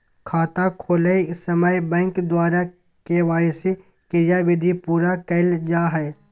खाता खोलय समय बैंक द्वारा के.वाई.सी क्रियाविधि पूरा कइल जा हइ